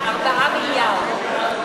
4 מיליארד.